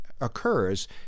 occurs